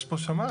יש פה שמאי,